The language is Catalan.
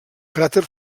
cràter